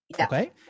okay